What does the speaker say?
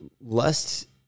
lust